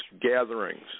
gatherings